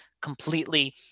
completely